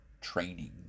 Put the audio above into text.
training